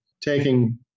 taking